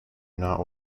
not